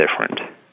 different